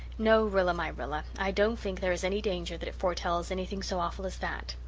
no, rilla-my-rilla, i don't think there is any danger that it foretells anything so awful as that.